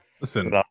Listen